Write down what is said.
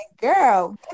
girl